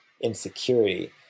insecurity